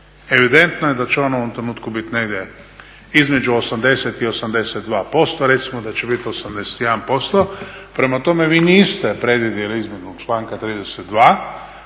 Evidentno je da će on u ovom trenutku biti negdje između 80 i 82%. Recimo da će biti 81%. Prema tome, vi niste predvidjeli izmjenu članka 32.